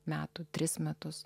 metų tris metus